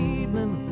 evening